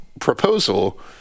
proposal